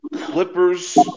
Clippers